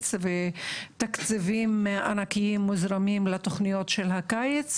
ותקציבים ענקיים מוזרמים לתוכניות של הקיץ,